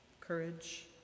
courage